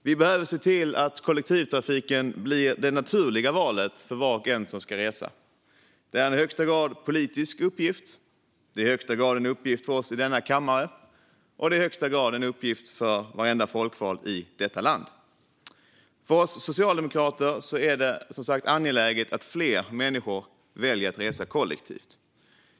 Vi behöver se till att kollektivtrafiken blir det naturliga valet för var och en som ska resa. Det är en i högsta grad politisk uppgift. Det är i högsta grad en uppgift för oss i denna kammare. Och det är i högsta grad en uppgift för varenda folkvald i detta land. För oss socialdemokrater är det angeläget att fler människor väljer att resa kollektivt.